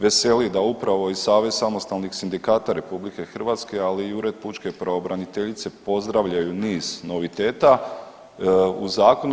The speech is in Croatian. Veseli da upravo i Savez samostalnih sindikata RH, ali i Ured pučke pravobraniteljice pozdravljaju niz noviteta u zakonu.